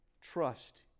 Trust